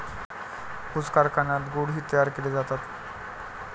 ऊस कारखान्यात गुळ ही तयार केले जातात